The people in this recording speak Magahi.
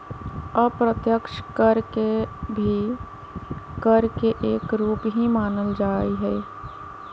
अप्रत्यक्ष कर के भी कर के एक रूप ही मानल जाहई